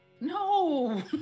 no